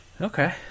Okay